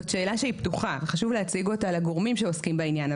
זאת שאלה שהיא פתוחה וחשוב להציג אותה לגורמים שעוסקים בעניין.